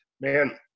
Man